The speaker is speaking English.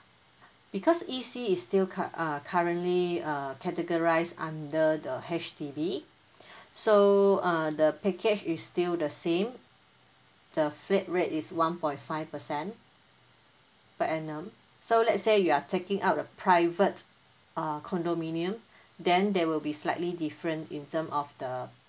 because E_C is still cu~ uh currently uh categorised under the H_D_B so uh the package is still the same the flat rate is one point five percent per annum so let's say you are taking up the private uh condominium then there will be slightly different in term of the